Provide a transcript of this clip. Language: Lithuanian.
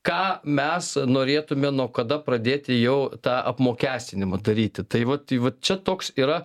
ką mes norėtume nuo kada pradėti jau tą apmokestinimą daryti tai vat vat čia toks yra